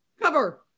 Cover